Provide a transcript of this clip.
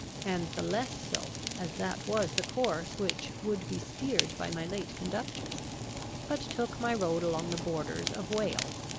and the less so, as that was the course which would be steered by my late conductors but took my road along the borders of wales.